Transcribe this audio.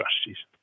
strategies